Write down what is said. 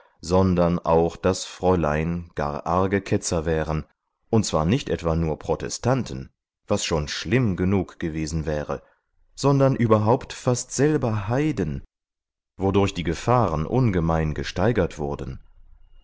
sondern auch das fräulein gar arge ketzer wären und zwar nicht etwa nur protestanten was schon schlimm genug gewesen wäre sondern überhaupt fast selber heiden wodurch die gefahren ungemein gesteigert wurden